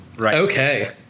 Okay